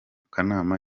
kanama